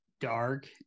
dark